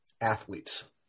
Athletes